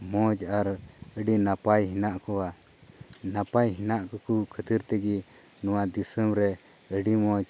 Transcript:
ᱢᱚᱡᱽ ᱟᱨ ᱟᱹᱰᱤ ᱱᱟᱯᱟᱭ ᱦᱮᱱᱟᱜ ᱠᱚᱣᱟ ᱱᱟᱯᱟᱭ ᱦᱮᱱᱟᱜ ᱠᱚ ᱠᱷᱟᱹᱛᱤᱨ ᱛᱮᱜᱮ ᱱᱚᱣᱟ ᱫᱤᱥᱚᱢ ᱨᱮ ᱟᱹᱰᱤ ᱢᱚᱡᱽ